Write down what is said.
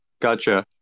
gotcha